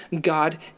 God